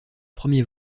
premier